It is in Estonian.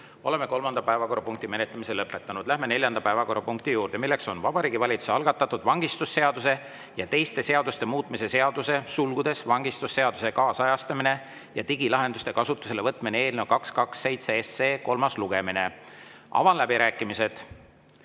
Oleme kolmanda päevakorrapunkti menetlemise lõpetanud. Läheme neljanda päevakorrapunkti juurde: Vabariigi Valitsuse algatatud vangistusseaduse ja teiste seaduste muutmise seaduse (vangistusseaduse kaasajastamine ja digilahenduste kasutusele võtmine) eelnõu 227 kolmas lugemine. Avan läbirääkimised.